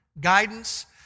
guidance